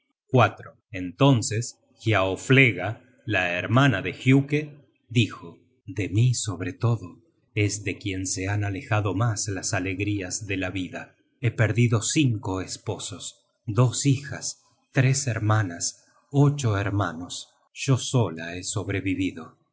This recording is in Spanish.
afligido entonces giafloega la hermana de giuke dijo de mí sobre todo es de quien se han alejado mas las alegrías de la vida he perdido cinco esposos dos hijas tres hermanas ocho hermanos yo sola he sobrevivido